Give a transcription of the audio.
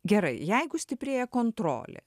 gerai jeigu stiprėja kontrolė